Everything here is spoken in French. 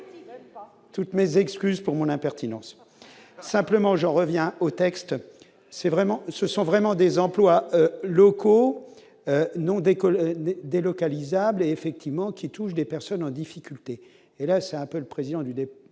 toutes mes excuses pour mon impertinence simplement j'en reviens au texte c'est vraiment ce sont vraiment des emplois locaux non d'école délocalisable effectivement qui touche des personnes en difficulté et là c'est un peu le président du dépôt